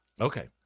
Okay